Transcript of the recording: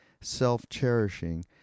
self-cherishing